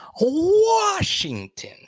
Washington